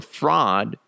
fraud